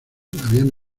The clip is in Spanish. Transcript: habían